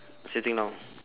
sitting down